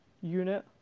unit